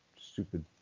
stupid